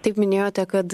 taip minėjote kad